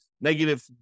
negative